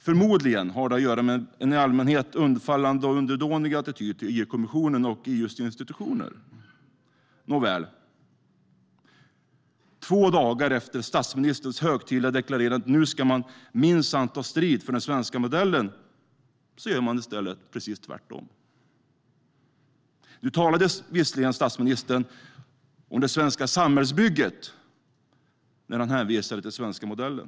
Förmodligen har det att göra med en i allmänhet undfallande och underdånig attityd till EU-kommissionen och EU:s institutioner. Nåväl, två dagar efter att statsministern högtidligt deklarerade att man nu minsann ska ta strid för den svenska modellen gör man i stället precis tvärtom. Statsministern talade visserligen om det svenska samhällsbygget när han hänvisade till den svenska modellen.